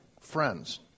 friends